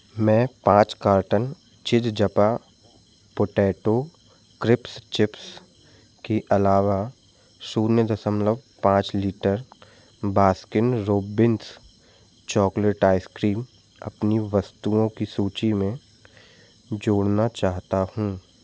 मैं पाँच कार्टन चिज़ज़पा पोटैटो क्रिस्प चिप्स के अलावा शून्य दशमलव पाँच litre Baskin Robbins chocolate ice cream अपनी वस्तुओं की सूची में जोड़ना चाहता हूँ